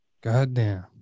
Goddamn